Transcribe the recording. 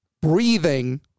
breathing